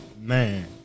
Man